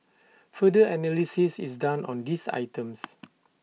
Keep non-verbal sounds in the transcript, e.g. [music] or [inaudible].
further analysis is done on these items [noise]